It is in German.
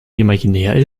imaginär